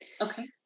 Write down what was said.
okay